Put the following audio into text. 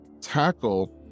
tackle